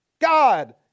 God